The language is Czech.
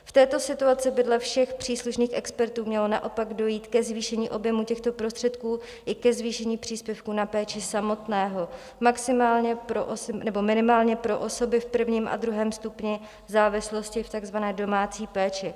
V této situaci by dle všech příslušných expertů mělo naopak dojít ke zvýšení objemu těchto prostředků i ke zvýšení příspěvku na péči samotného, minimálně pro osoby v prvním a druhém stupni závislosti v takzvané domácí péči.